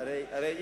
ולבני משפחה.